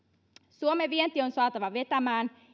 suomen vienti on saatava vetämään